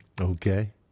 Okay